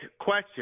question